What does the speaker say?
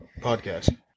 podcast